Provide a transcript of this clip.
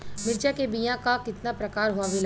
मिर्चा के बीया क कितना प्रकार आवेला?